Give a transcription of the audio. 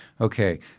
Okay